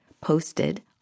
posted